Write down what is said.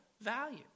value